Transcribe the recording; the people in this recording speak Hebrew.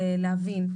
להבין.